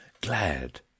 glad